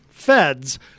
feds